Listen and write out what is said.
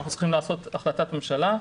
אנחנו צריכים לעשות החלטת ממשלה.